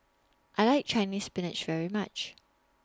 I like Chinese Spinach very much